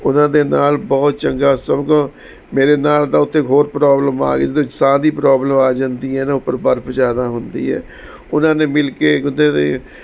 ਉਹਨਾਂ ਦੇ ਨਾਲ ਬਹੁਤ ਚੰਗਾ ਸਗੋਂ ਮੇਰੇ ਨਾਲ ਤਾਂ ਉੱਥੇ ਹੋਰ ਪ੍ਰੋਬਲਮ ਆ ਗਈ ਸਾਹ ਦੀ ਪ੍ਰੋਬਲਮ ਆ ਜਾਂਦੀ ਹੈ ਨਾ ਉੱਪਰ ਬਰਫ਼ ਜ਼ਿਆਦਾ ਹੁੰਦੀ ਹੈ ਉਹਨਾਂ ਨੇ ਮਿਲ ਕੇ ਉਹਦੇ 'ਤੇ